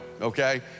okay